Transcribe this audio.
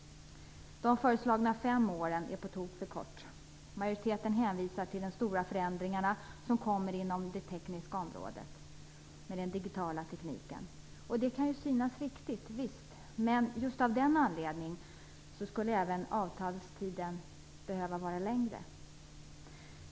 De föreslagna fem åren är på tok för kort tid. Majoriteten hänvisar till de stora förändringar som kommer inom det tekniska området och med den digitala tekniken. Det kan ju synas riktigt, men just av den anledningen skulle även avtalstiden behöva vara längre.